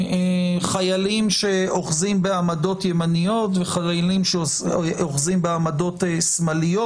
חיילים שאוחזים בעמדות ימניות וחיילים שאוחזים בעמדות שמאליות,